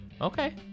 Okay